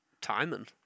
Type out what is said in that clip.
timing